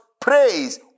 praise